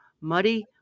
muddy